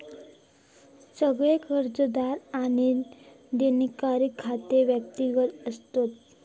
सगळे कर्जदार आणि देणेकऱ्यांची खाती व्यक्तिगत असतत